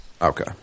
Okay